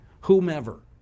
whomever